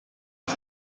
his